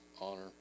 honor